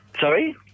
Sorry